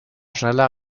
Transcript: schneller